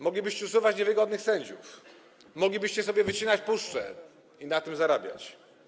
Moglibyście usuwać niewygodnych sędziów, moglibyście sobie wycinać puszcze i na tym zarabiać.